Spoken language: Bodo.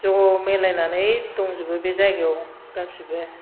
ज' मिलायनानै दंजोबो बे जायगायाव गासैबो